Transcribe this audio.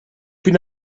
bin